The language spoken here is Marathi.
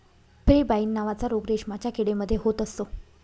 पेब्राइन नावाचा रोग रेशमाच्या किडे मध्ये होत असतो